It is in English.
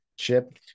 chip